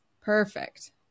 Perfect